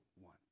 one